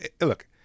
Look